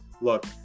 look